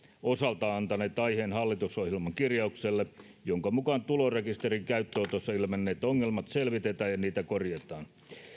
osaltaan antaneet aiheen hallitusohjelman kirjaukselle jonka mukaan tulorekisterin käyttöönotossa ilmenneet ongelmat selvitetään ja niitä korjataan